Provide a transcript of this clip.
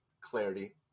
clarity